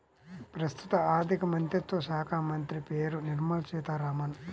ప్రస్తుత ఆర్థికమంత్రిత్వ శాఖామంత్రి పేరు నిర్మల సీతారామన్